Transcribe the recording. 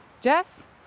jess